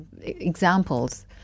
examples